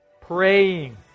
Praying